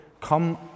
come